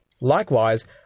Likewise